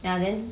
ya then